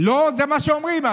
לא, זה מה שאומרים.